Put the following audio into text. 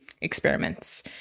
experiments